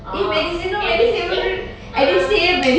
oh edusa~ eh ah